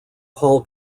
paul